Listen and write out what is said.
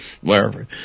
wherever